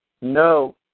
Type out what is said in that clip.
No